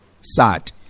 Sad